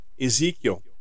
Ezekiel